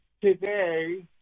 Today